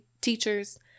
teachers